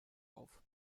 auf